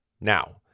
Now